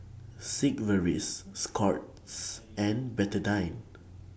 Sigvaris Scott's and Betadine